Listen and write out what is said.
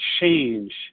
change